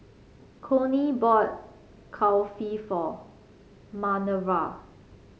Conley bought Kulfi for Manerva